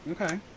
Okay